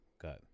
got